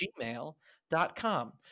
gmail.com